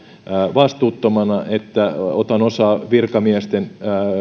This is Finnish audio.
vastuuttomana että otan osaa virkamiesten